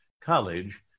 college